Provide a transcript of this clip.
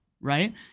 right